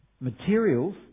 materials